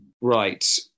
Right